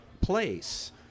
place